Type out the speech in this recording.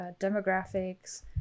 demographics